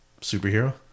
superhero